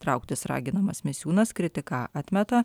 trauktis raginamas misiūnas kritiką atmeta